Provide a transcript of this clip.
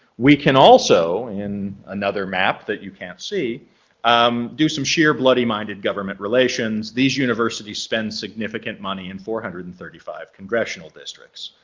we can also in another map that you can't see um do some sheer bloody-minded government relations. these universities spend significant money in four hundred and thirty five congressional districts.